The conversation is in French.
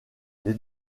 les